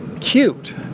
cute